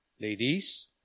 Ladies